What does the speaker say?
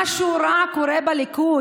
משהו רע קורה בליכוד.